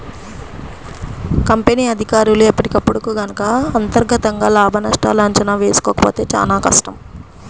company అధికారులు ఎప్పటికప్పుడు గనక అంతర్గతంగా లాభనష్టాల అంచనా వేసుకోకపోతే చానా కష్టం